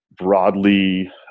broadly